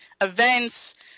events